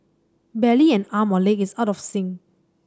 barely an arm or leg is out of sync